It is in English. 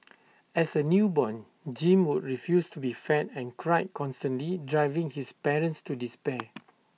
as A newborn Jim would refuse to be fed and cried constantly driving his parents to despair